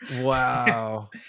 Wow